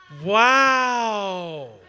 Wow